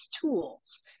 tools